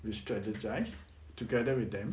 we strategise together with them